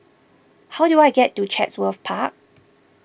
how do I get to Chatsworth Park